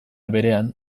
berean